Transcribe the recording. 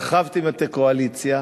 הרחבתם את הקואליציה,